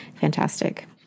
fantastic